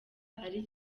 ari